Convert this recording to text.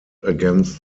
against